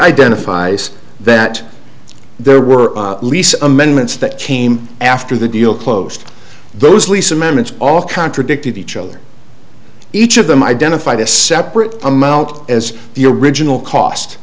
identifies that there were lease amendments that came after the deal closed those lease amendments all contradict each other each of them identified a separate amount as the original cost